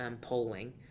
polling